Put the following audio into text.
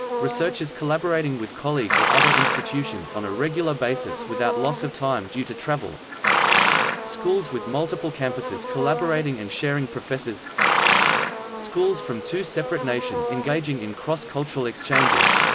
researchers collaborating with colleagues at other institutions on a regular basis without loss of time due to travel schools with multiple campuses collaborating and sharing professors schools from two separate nations engaging in cross-cultural exchanges